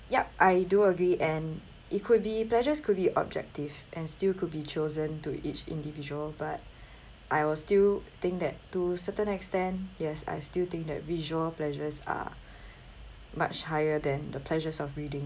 yup I do agree and it could be pleasures could be objective and still could be chosen to each individual but I will still think that to certain extent yes I still think that visual pleasures are much higher than the pleasures of reading